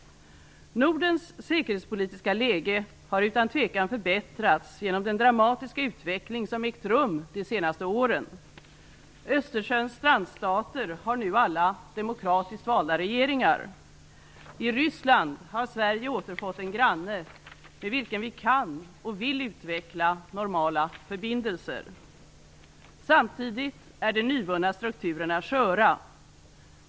Nordens säkerhetspolitiska läge har utan tvekan förbättrats genom den dramatiska utveckling som ägt rum de senaste åren. Östersjöns strandstater har nu alla demokratiskt valda regeringar. I Ryssland har Sverige återfått en granne med vilken vi kan och vill utveckla normala förbindelser. Samtidigt är de nyvunna strukturerna sköra.